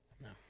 No